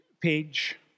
page